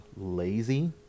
lazy